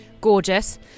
Gorgeous